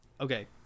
Okay